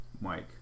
Mike